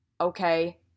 Okay